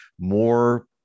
more